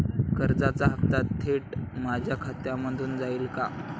कर्जाचा हप्ता थेट माझ्या खात्यामधून जाईल का?